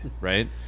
right